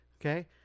okay